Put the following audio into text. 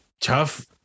tough